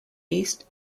east